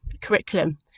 curriculum